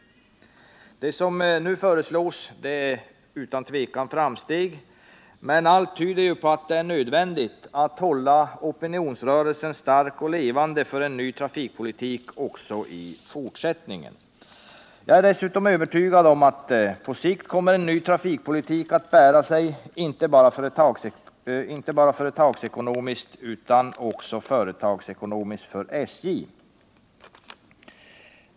Det som nu föreslås är utan tvivel framsteg, men allt tyder på att det är nödvändigt att hålla opinionsrörelsen stark och levande för en ny trafikpolitik också i fortsättningen. Jag är dessutom övertygad om att en ny trafikpolitik på sikt kommer att bära sig — inte bara samhällsekonomiskt utan också företagsekonomiskt för SJ.